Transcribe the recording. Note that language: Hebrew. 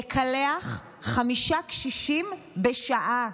לקלח חמישה בשעה,